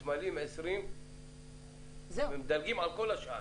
עולים 20 נוסעים ומדלגים על כל יתר התחנות.